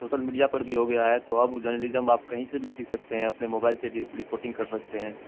social media पर भी हो गया है तो अब वह जर्नलिज्म आप कहीं से भी सीख सकते हैं अपने मोबाइल से रि रिपोर्टिंग कर सकते हैं